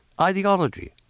ideology